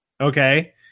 okay